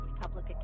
public